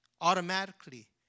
automatically